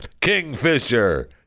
Kingfisher